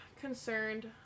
concerned